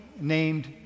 named